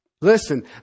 Listen